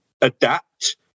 adapt